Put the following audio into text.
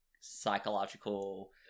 psychological